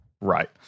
right